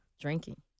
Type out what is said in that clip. Drinking